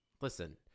listen